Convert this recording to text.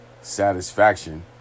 satisfaction